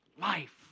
life